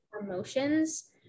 emotions